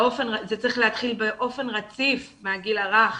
זה צריך להתחיל באופן רציף מהגיל הרך,